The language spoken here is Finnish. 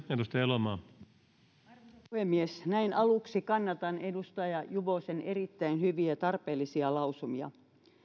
arvoisa puhemies näin aluksi kannatan edustaja juvosen erittäin hyviä ja tarpeellisia lausumia